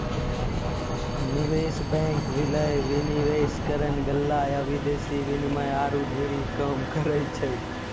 निवेश बैंक, विलय, विनिवेशकरण, गल्ला या विदेशी विनिमय आरु ढेरी काम करै छै